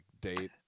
date